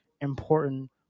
important